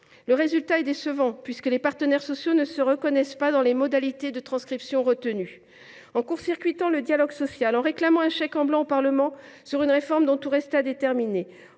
Le résultat est décevant, puisque les partenaires sociaux ne se reconnaissent pas dans les modalités de transcription retenues. En court circuitant le dialogue social, en réclamant un chèque en blanc au Parlement sur une réforme dont tout rester à déterminer,